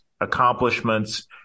accomplishments